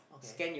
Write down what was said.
okay